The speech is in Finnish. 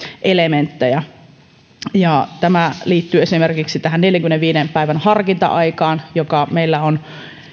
elementtejä tämä liittyy esimerkiksi tähän neljänkymmenenviiden päivän harkinta aikaan joka meillä on